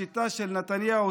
השיטה של נתניהו,